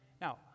Now